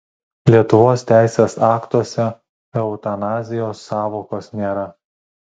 lietuvos teisės aktuose eutanazijos sąvokos nėra